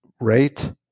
rate